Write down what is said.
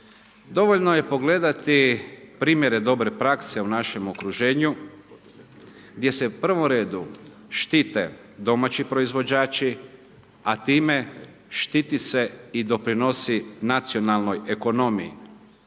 Dovoljno je pogledati promjere dobre prakse u našem okruženju gdje se u prvom redu štite domaći proizvođači a time štiti se i doprinosi nacionalnoj ekonomiji.